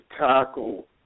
tackle